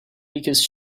because